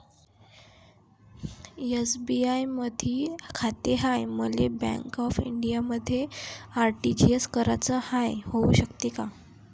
SBI मधी खाते हाय, मले बँक ऑफ इंडियामध्ये आर.टी.जी.एस कराच हाय, होऊ शकते का?